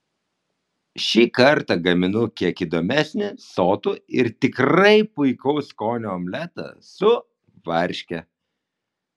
šį kartą gaminu kiek įdomesnį sotų ir tikrai puikaus skonio omletą su varške